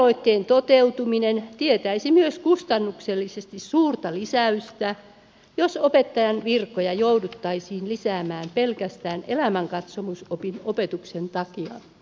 lakialoitteen toteutuminen tietäisi myös kustannuksellisesti suurta lisäystä jos opettajan virkoja jouduttaisiin lisäämään pelkästään elämänkatsomusopin opetuksen takia